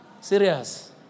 Serious